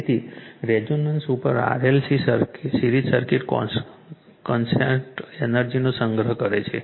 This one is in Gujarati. તેથી રેઝોનન્સ ઉપર RLC સિરીઝ સર્કિટ કોન્સટન્ટ એનર્જીનો સંગ્રહ કરે છે